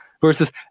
versus